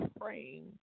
praying